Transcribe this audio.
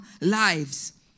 lives